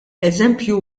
eżempju